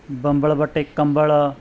bumble ਵੱਟੇ ਕੰਬਲ